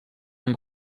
amb